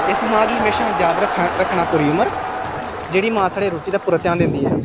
इस मां गी हमेशा याद रक्खना पूरी उमर जेह्ड़ी मां साढ़ी रुट्टी दा पूरा ध्यान दिंदी ऐ